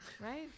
right